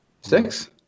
Six